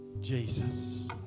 Jesus